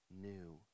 new